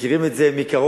שמכיר את זה מקרוב.